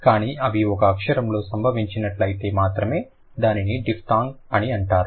కానీ అవి ఒక అక్షరంలో సంభవించినట్లయితే మాత్రమే దానిని డిఫ్థాంగ్ అని అంటారు